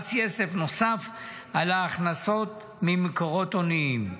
ומס יסף נוסף על הכנסות ממקורות הוניים.